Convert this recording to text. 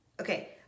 Okay